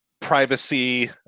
privacy